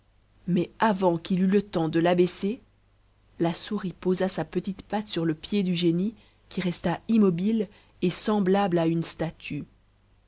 mais avant qu'il eût le temps de l'abaisser la souris posa sa petite patte sur le pied du génie qui resta immobile et semblable à une statue